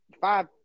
five